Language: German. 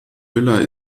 müller